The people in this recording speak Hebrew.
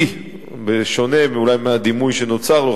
כי בשונה אולי מהדימוי שנוצר לו,